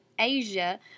asia